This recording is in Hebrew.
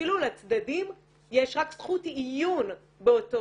אפילו לצדדים יש רק זכות עיון באותו